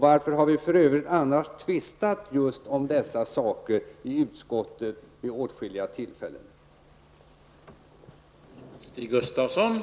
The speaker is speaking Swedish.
Varför har vi för övrigt annars vid åtskilliga tillfällen tvistat om dessa saker i utskottet?